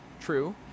True